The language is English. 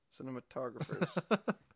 Cinematographers